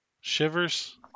Shivers